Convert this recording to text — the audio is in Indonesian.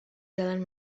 jalan